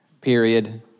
Period